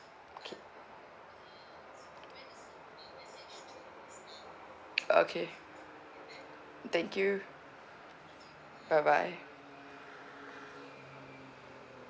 okay okay thank you bye bye